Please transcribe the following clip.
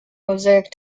mosaic